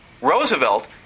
Roosevelt